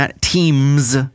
teams